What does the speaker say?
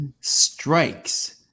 strikes